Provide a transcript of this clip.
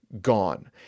gone